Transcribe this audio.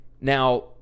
Now